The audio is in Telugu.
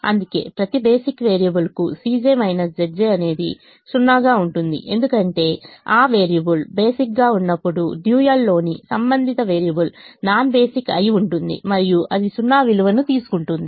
అందుకే ప్రతి బేసిక్ వేరియబుల్కు అనేది 0 గా ఉంటుంది ఎందుకంటే ఆ వేరియబుల్ బేసిక్ గా ఉన్నప్పుడు డ్యూయల్లోని సంబంధిత వేరియబుల్ నాన్ బేసిక్ అయి ఉంటుంది మరియు అది 0 విలువను తీసుకుంటుంది